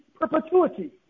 perpetuity